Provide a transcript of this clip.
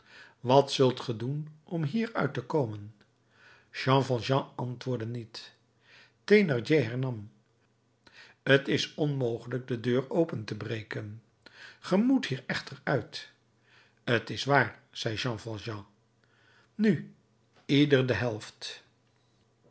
wat zult ge doen om hieruit te komen jean valjean antwoordde niet thénardier hernam t is onmogelijk de deur open te breken ge moet hier echter uit t is waar zei valjean nu ieder de helft